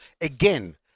Again